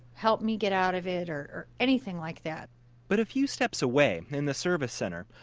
help me get out of it or anything like that but a few steps away in the service center,